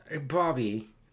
Bobby